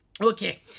Okay